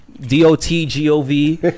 D-O-T-G-O-V